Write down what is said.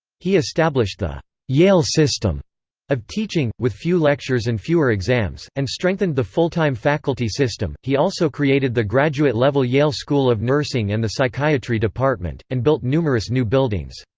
he established the yale system of teaching, with few lectures and fewer exams, and strengthened the full-time faculty system he also created the graduate-level yale school of nursing and the psychiatry department, and built numerous new buildings.